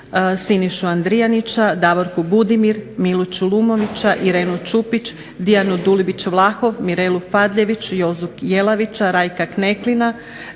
Sinišu Andrijanića, Danija Budimir, Milu Čulomovića, Irenu Čupić, Dijanu Dulibić-Vlahov, Mirelu Padljević, Jozu Jelavića, Rajka Kneklina,